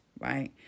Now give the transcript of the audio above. right